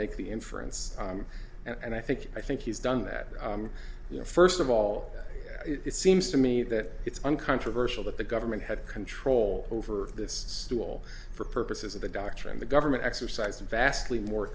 make the inference and i think i think he's done that you know first of all it seems to me that it's uncontroversial that the government had control over this stool for purposes of the doctrine the government exercised vastly more